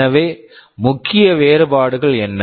எனவே முக்கிய வேறுபாடுகள் என்ன